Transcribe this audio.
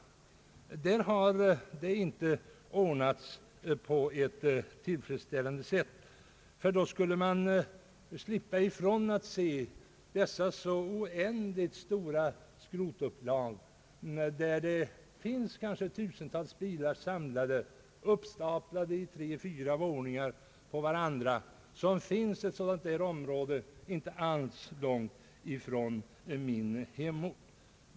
Nedskrotningen har inte ordnats på ett tillfredsställande sätt, ty då skulle man slippa att se de oändligt stora skrotupplagen, där det kanske finns tusentals bilar samlade, uppstaplade i tre fyra våningar på varandra. Det finns ett så dant område inte långt från min hemort.